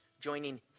joining